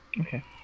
Okay